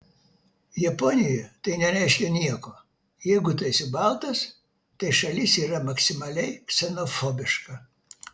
japonijoje tai nereiškia nieko jeigu tu esi baltas tai šalis yra maksimaliai ksenofobiška